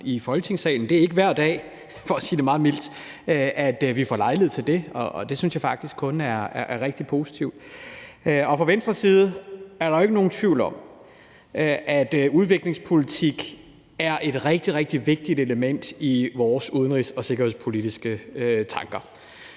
i Folketingssalen. Det er ikke hver dag, for at sige det meget mildt, at vi får lejlighed til det, og det synes jeg faktisk kun er rigtig positivt. Fra Venstres side er der jo ikke nogen tvivl om, at udviklingspolitik er et rigtig, rigtig vigtigt element i vores udenrigs- og sikkerhedspolitiske tanker.